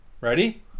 Ready